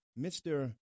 Mr